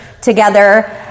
together